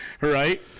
Right